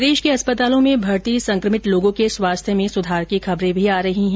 प्रदेश के अस्पतालों में भर्ती संक्रमित लोगों के स्वास्थ्य में सुधार की खबरे भी आ रही है